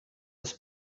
his